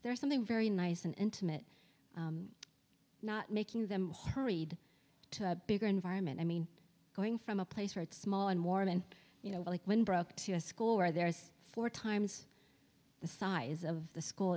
there's something very nice and intimate not making them hurried to a bigger environment i mean going from a place where it's small and warm and you know like when broke to a school where there's four times the size of the school